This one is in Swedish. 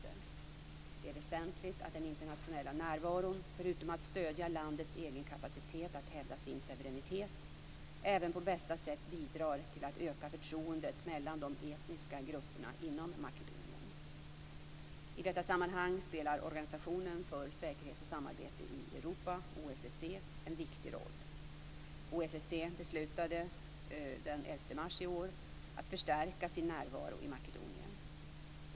Det är väsentligt att den internationella närvaron, förutom att stödja landets egen kapacitet att hävda sin suveränitet, även på bästa sätt bidrar till att öka förtroendet mellan de etniska grupperna inom Makedonien. I detta sammanhang spelar Organisationen för säkerhet och samarbete i Europa, OSSE, en viktig roll. OSSE beslutade den 11 mars i år att förstärka sin närvaro i Makedonien.